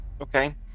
Okay